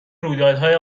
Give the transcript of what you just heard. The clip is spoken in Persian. رویدادهای